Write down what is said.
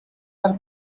are